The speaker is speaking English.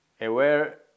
aware